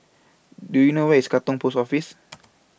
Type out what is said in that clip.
Do YOU know Where IS Katong Post Office